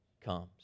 comes